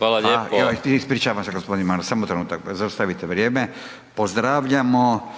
(Nezavisni)** Ispričavam se g. Maras, samo trenutak, zaustavite vrijeme. Pozdravljamo